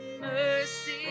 mercy